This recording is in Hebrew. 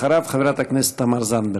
אחריו, חברת הכנסת תמר זנדברג.